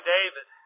David